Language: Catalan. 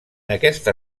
aquesta